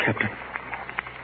Captain